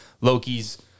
Loki's